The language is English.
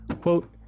Quote